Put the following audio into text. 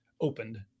opened